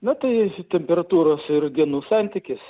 nu tai temperatūros ir genų santykis